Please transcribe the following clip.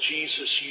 Jesus